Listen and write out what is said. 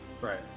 Right